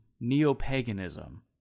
neo-paganism